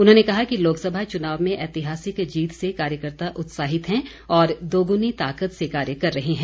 उन्होंने कहा कि लोकसभा चुनाव में ऐतिहासिक जीत से कार्यकर्ता उत्साहित हैं और दोगुनी ताकत से कार्य कर रहे हैं